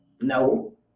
No